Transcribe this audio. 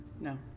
No